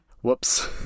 Whoops